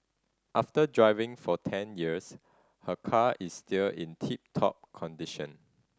after driving for ten years her car is still in tip top condition